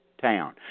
town